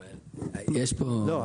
לא,